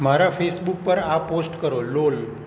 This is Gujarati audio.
મારા ફેસબુક પર આ પોસ્ટ કરો લોલ